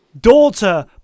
daughter